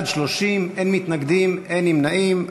33, אין מתנגדים ואין נמנעים.